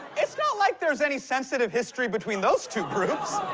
it's not like there's any sensitive history between those two groups.